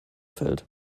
fällt